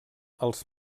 els